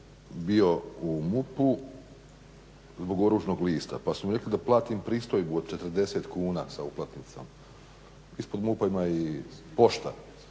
bio u MUP-u zbog oružnog lista pa su mi rekli da platim pristojbu od 40 kuna sa uplatnicom. Ispod MUP-a ima i pošta,